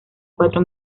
cuatro